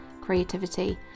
creativity